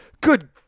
good